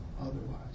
otherwise